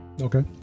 Okay